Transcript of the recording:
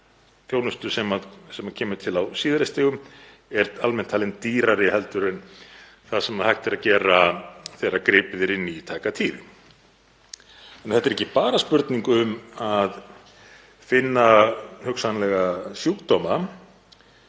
Þetta er því ekki bara spurning um að finna hugsanlega sjúkdóma